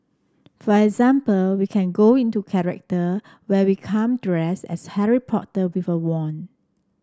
for example we can go into character where we come dress as Harry Potter with a wand